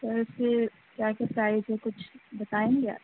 سر پھر کیا کیا پرائز ہے کچھ بتائیں گے آپ